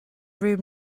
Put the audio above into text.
room